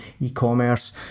e-commerce